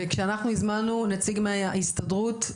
וכשאנחנו הזמנו נציג מההסתדרות,